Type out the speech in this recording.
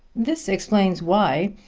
this explains why,